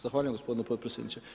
Zahvaljujem gospodine potpredsjedniče.